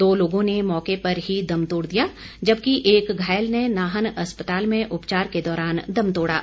दो लोगों ने मौके पर ही दम तोड़ दिया जबकि एक घायल ने नाहन अस्पताल में उपचार के दौरान दम तोड़ा